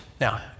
Now